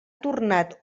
tornat